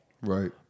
Right